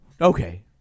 Okay